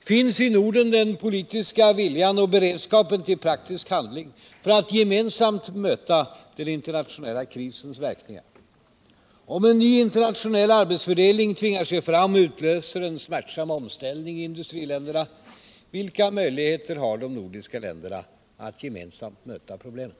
Finns i Norden den politiska viljan och beredskapen till praktisk handling för att gemensamt möta den internationella krisens verkningar? Om en ny internationell arbetsfördelning tvingar sig fram och utlöser en smärtsam omställning i industriländerna, vilka möjligheter har de nordiska länderna att gemensamt möta problemen?